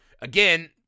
Again